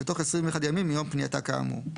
בתוך 21 ימים מיום פנייתה כאמור.